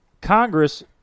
congress